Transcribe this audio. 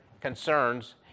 concerns